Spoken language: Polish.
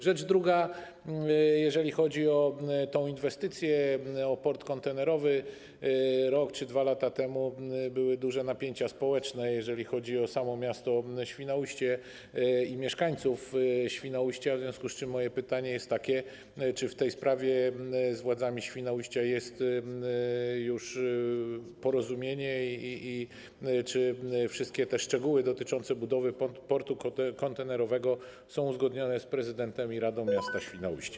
Rzecz druga, jeżeli chodzi o tę inwestycję, o port kontenerowy: rok czy 2 lata temu były duże napięcia społeczne, jeżeli chodzi o samo miasto Świnoujście i mieszkańców Świnoujścia, w związku z czym moje pytanie jest takie, czy w tej sprawie z władzami Świnoujścia jest już porozumienie i czy wszystkie szczegóły dotyczące budowy portu kontenerowego są uzgodnione z prezydentem i Radą Miasta Świnoujście.